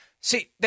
See